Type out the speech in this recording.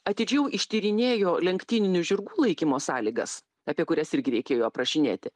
atidžiau ištyrinėjo lenktyninių žirgų laikymo sąlygas apie kurias irgi reikėjo aprašinėti